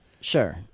Sure